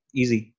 easy